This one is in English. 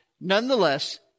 nonetheless